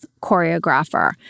choreographer